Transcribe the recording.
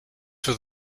for